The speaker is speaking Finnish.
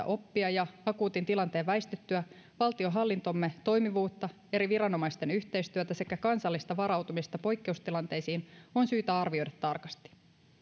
oppia ja akuutin tilanteen väistyttyä valtionhallintomme toimivuutta eri viranomaisten yhteistyötä sekä kansallista varautumista poikkeustilanteisiin on syytä arvioida tarkasti